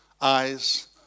eyes